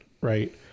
right